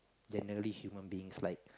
generally what human beings like